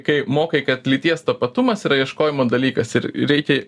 kai mokai kad lyties tapatumas yra ieškojimo dalykas ir reikia